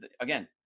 again